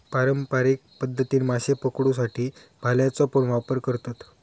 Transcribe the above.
पारंपारिक पध्दतीन माशे पकडुसाठी भाल्याचो पण वापर करतत